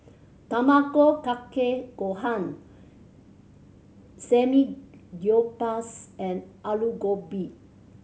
Tamago Kake Gohan Samgyeopsal and Alu Gobi